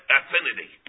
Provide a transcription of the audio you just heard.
affinity